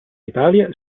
italia